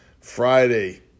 Friday